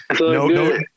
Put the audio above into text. No